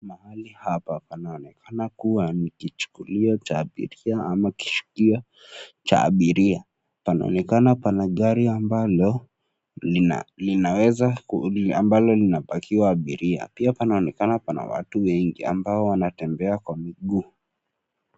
Pahali hapa panaonekana kuwa ni kichukulio cha abiria ama kishukio cha abiria. Panaonekana pana gari ambalo linapakiwa abiria pia panaonekana pana watu wengi ambao wanatembea kwa miguu.